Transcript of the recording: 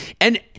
and-